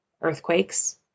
Earthquakes